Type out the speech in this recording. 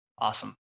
Awesome